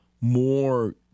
more